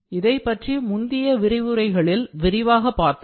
இதைப்பற்றி முந்திய விரிவுரைகளில் விரிவாக பார்த்தோம்